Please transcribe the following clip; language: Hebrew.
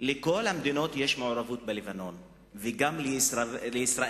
לכל המדינות יש מעורבות בלבנון וגם לישראל,